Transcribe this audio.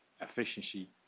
efficiency